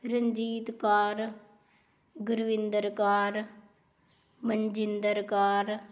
Ranjit Kaur Gurvinder Kaur Manjinder Kaur